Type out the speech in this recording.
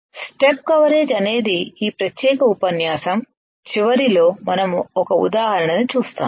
step coverage అనేది ఈ ప్రత్యేక ఉపన్యాసం చివరిలో మనం ఒక ఉదాహరణను చూస్తాము